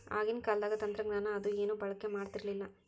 ಆಗಿನ ಕಾಲದಾಗ ತಂತ್ರಜ್ಞಾನ ಅದು ಏನು ಬಳಕೆ ಮಾಡತಿರ್ಲಿಲ್ಲಾ